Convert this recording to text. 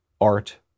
art